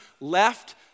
left